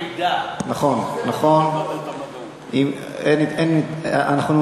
תודה, אין מתנגדים.